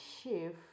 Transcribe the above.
shift